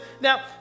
Now